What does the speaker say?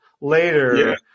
later